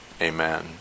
Amen